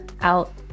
out